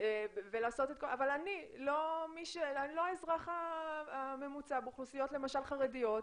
אבל אני לא האזרח הממוצע, למשל באוכלוסיות חרדיות,